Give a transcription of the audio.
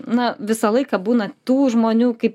na visą laiką būna tų žmonių kaip